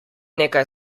nekaj